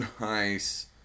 Nice